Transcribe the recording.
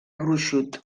gruixut